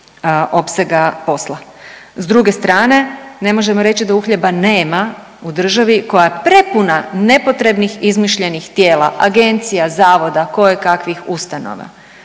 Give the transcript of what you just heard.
S druge strane ne možemo reći da uhljeba nema u državi koja je prepuna nepotrebnih izmišljenih tijela, agencija, zavoda, kojekakvih ustanova